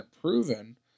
proven